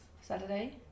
Saturday